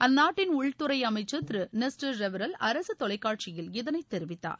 அந்நாட்டின் உள்துறை அமைச்சர் திரு நெஸ்ட்டர் ரெவரல் அரசு தொலைக்கட்சியில் இதனை அறிவித்தார்